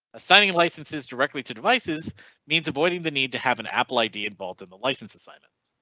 assigning licenses directly to devices means avoiding the need to have an apple id involved in the license assignment.